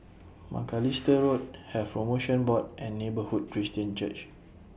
Macalister Road Health promotion Board and Neighbourhood Christian Church